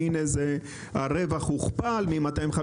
והנה הרווח הוכפל מ-250,